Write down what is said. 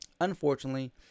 Unfortunately